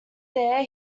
there